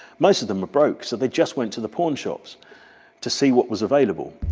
most of them were broke so they just went to the pawn shops to see what was available,